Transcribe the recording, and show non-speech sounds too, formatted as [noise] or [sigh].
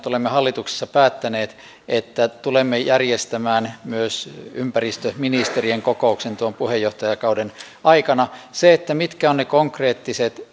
[unintelligible] olemme hallituksessa päättäneet että tulemme järjestämään myös ympäristöministerien kokouksen tuon puheenjohtajakauden aikana siitä mitkä ovat ne konkreettiset [unintelligible]